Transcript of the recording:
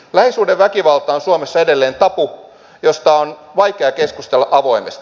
lähisuhdeväkivalta on suomessa edelleen tabu josta on vaikea keskustella avoimesti